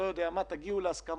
תגיעו להסכמות,